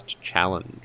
Challenge